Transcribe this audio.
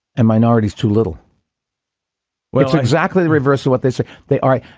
and minorities too little well, it's exactly the reverse of what they say they are,